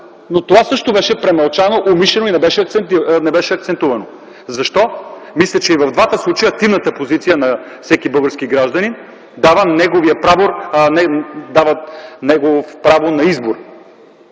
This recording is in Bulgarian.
Но това също беше премълчано умишлено и не беше акцентувано. Защо? Мисля, че и в двата случая активната позиция на всеки български гражданин дава право на избор.